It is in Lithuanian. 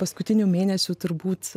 paskutinių mėnesių turbūt